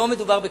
לא מדובר בכסף.